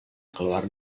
keluar